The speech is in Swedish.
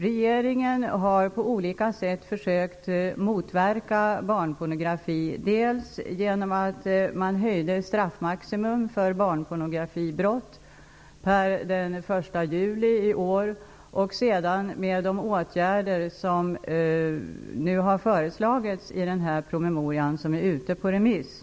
Regeringen har på olika sätt försökt motverka barnpornografi -- dels genom en höjning, som skedde den 1 juli i år, av straffmaximum för barnpornografibrott, dels genom de åtgärder som har föreslagits i den promemoria som nu är ute på remiss.